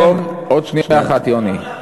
עוד שנייה אחת, יוני.